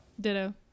Ditto